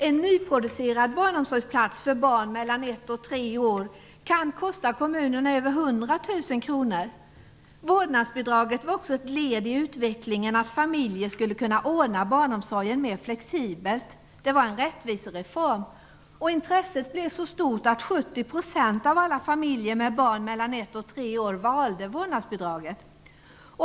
En nyproducerad barnomsorgsplats för barn mellan ett och tre år kan kosta kommunerna över 100 000 kr. Vårdnadsbidraget var också ett led i utvecklingen mot att familjer skulle kunna ordna barnomsorgen mer flexibelt. Det var en rättvisereform. Intresset blev så stort att 70 % av alla familjer med barn mellan ett och tre år valde vårdnadsbidraget.